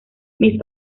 mis